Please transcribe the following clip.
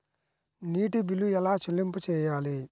నీటి బిల్లు ఎలా చెల్లింపు చేయాలి?